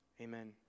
amen